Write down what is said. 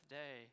day